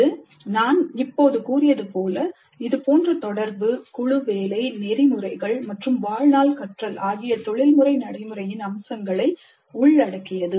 இது நான் இப்போது கூறியதுபோல் இதுபோன்ற தொடர்பு குழு வேலை நெறிமுறைகள் மற்றும் வாழ்நாள் கற்றல் ஆகிய தொழில்முறை நடைமுறையின் அம்சங்களை உள்ளடக்கியது